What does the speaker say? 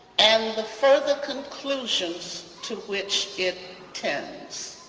and the further conclusions to which it tends.